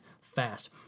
fast